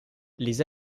les